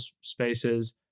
spaces